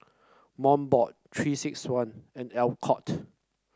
Mobot Three six one and Alcott